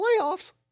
Playoffs